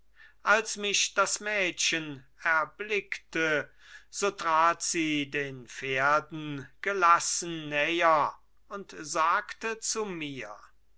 als mich das mädchen erblickte so trat sie den pferden gelassen näher und sagte zu mir